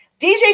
DJ